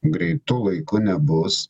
greitu laiku nebus